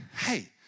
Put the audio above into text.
Hey